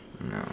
No